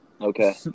Okay